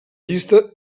llista